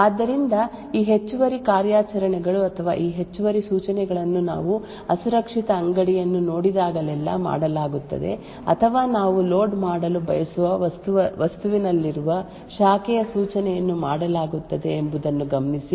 ಆದ್ದರಿಂದ ಈ ಹೆಚ್ಚುವರಿ ಕಾರ್ಯಾಚರಣೆಗಳು ಅಥವಾ ಈ ಹೆಚ್ಚುವರಿ ಸೂಚನೆಗಳನ್ನು ನಾವು ಅಸುರಕ್ಷಿತ ಅಂಗಡಿಯನ್ನು ನೋಡಿದಾಗಲೆಲ್ಲಾ ಮಾಡಲಾಗುತ್ತದೆ ಅಥವಾ ನಾವು ಲೋಡ್ ಮಾಡಲು ಬಯಸುವ ವಸ್ತುವಿನಲ್ಲಿರುವ ಶಾಖೆಯ ಸೂಚನೆಯನ್ನು ಮಾಡಲಾಗುತ್ತದೆ ಎಂಬುದನ್ನು ಗಮನಿಸಿ